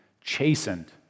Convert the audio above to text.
chastened